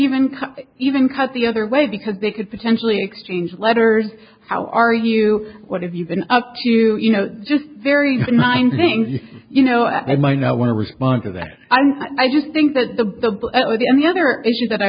cut even cut the other way because they could potentially exchange letters how are you what have you been up to you know just very benign things you know i might not want to respond to that and i just think that the the other issue that i